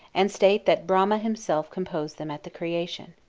and state that brahma himself composed them at the creation.